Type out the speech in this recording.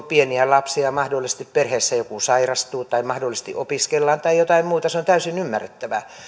pieniä lapsia ja mahdollisesti perheessä joku sairastuu tai mahdollisesti opiskellaan tai jotain muuta se on täysin ymmärrettävää